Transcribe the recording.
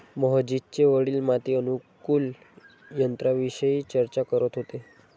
मोहजितचे वडील माती अनुकूलक यंत्राविषयी चर्चा करत होते